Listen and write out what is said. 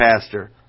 pastor